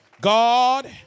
God